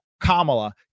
Kamala